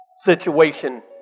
situation